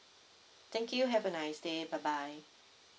thank you have a nice day bye bye